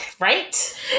Right